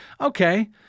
Okay